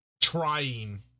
trying